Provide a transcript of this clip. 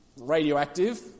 radioactive